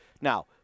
Now